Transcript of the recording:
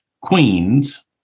Queens